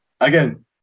again